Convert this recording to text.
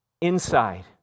inside